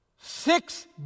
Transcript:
Six